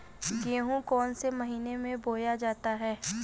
गेहूँ कौन से महीने में बोया जाता है?